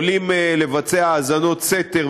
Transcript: יכולים לבצע האזנות סתר,